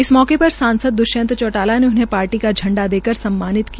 इस मौके पर सांसद द्वष्यंत चौटला ने उन्हें पार्टी का झंडा देकर सम्मानित किया